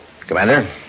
Commander